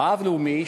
רב-לאומי,